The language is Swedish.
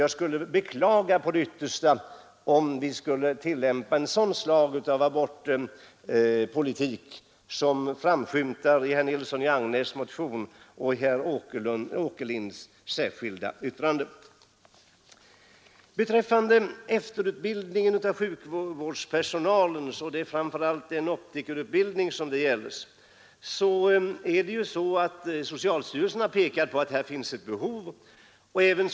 Jag skulle också djupt beklaga om vi beslöt att tillämpa en sådan politik som framskymtade i herr Nilssons motion och i herr Åkerlinds särskilda yttrande. Beträffande efterutbildning av viss sjukvårdspersonal, och framför allt den utbildning av optiker som det här gäller, har socialstyrelsen pekat på att det finns behov av sådan utbildning.